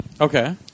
Okay